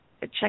check